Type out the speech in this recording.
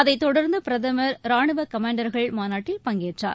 அதைத்தொடர்ந்து பிரதமர் ராணுவ கமாண்டர்கள் மாநாட்டில் பங்கேற்றார்